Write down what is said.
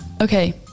Okay